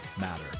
matter